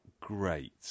great